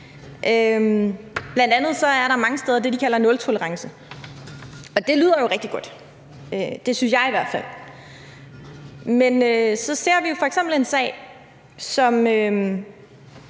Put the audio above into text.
Bl.a. er der mange steder det, de kalder nultolerance, og det lyder jo rigtig godt; det synes jeg i hvert fald. Men så ser vi jo f.eks. en sag som